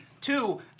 two